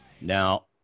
Now